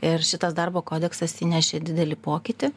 ir šitas darbo kodeksas įnešė didelį pokytį